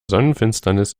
sonnenfinsternis